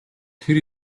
тэр